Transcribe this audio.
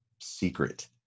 secret